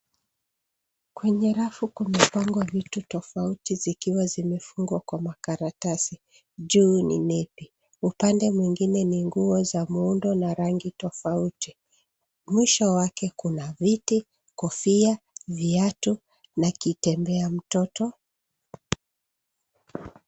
Kwenye rafu kumepangwa vitu tofauti zikiwa zimefungwa kwa makaratasi, juu ni nepi upande mwingine ni nguo za muundo na rangi tofauti. Mwisho wake kuna viti, kofia, viatu na kitanda ya mtoto.